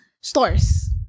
stores